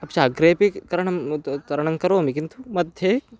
अपि च अग्रेपि करणम् एतद् तरणं करोमि किन्तु मध्ये